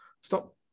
Stop